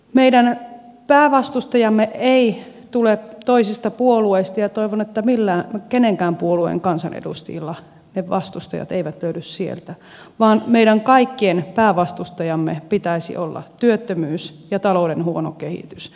meidän päävastustajamme ei tule toisesta puolueesta ja toivon että kenenkään puolueen kansanedustajilla ne vastustajat eivät löydy sieltä vaan meidän kaikkien päävastustajamme pitäisi olla työttömyys ja talouden huono kehitys